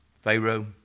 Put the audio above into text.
Pharaoh